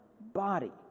body